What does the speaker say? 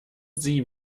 sie